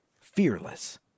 Fearless